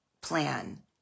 plan